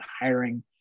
hiring